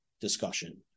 discussion